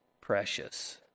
precious